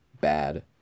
bad